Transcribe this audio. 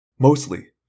Mostly